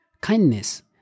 kindness